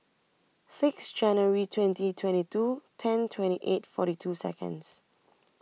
six January twenty twenty two ten twenty eight forty two Seconds